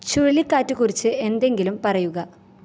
ചുഴലിക്കാറ്റ് കുറിച്ച് എന്തെങ്കിലും പറയുക